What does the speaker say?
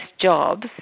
jobs